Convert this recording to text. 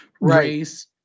race